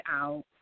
out